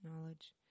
knowledge